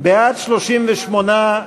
בעד, 38,